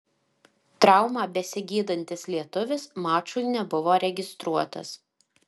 traumą besigydantis lietuvis mačui nebuvo registruotas